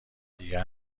دیگه